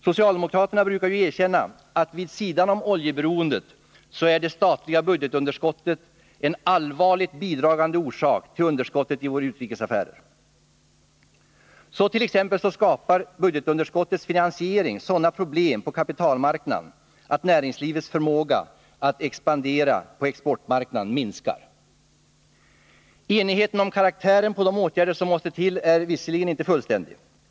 Socialdemokraterna brukar ju erkänna att vid sidan av oljeberoendet är det statliga underskottet en allvarligt bidragande orsak till underskottet i våra utrikesaffärer. Så t.ex. skapar budgetunderskottets finansiering sådana problem på kapitalmarknaden att näringslivets förmåga att expandera på exportmarknaderna minskar. Enigheten om karaktären på de åtgärder som måste till är visserligen inte fullständig.